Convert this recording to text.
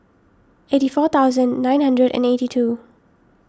eighty four thousand nine hundred and eighty two